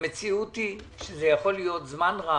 המציאות היא שזה יכול להימשך זמן רב,